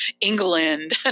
England